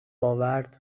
آورد